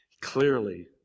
Clearly